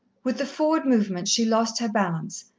with the forward movement, she lost her balance,